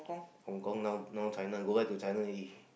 Hong-Kong now now China go back to China already